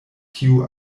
tiu